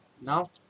Now